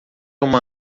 uma